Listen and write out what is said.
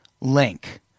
link